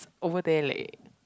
over there leh